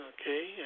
Okay